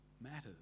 matters